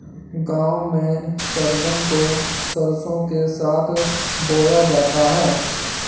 गांव में सरगम को सरसों के साथ बोया जाता है